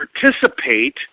participate